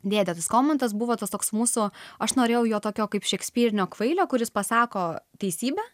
dėde skomantas buvo tas toks mūsų aš norėjau jo tokio kaip šekspyriško kvailio kuris pasako teisybę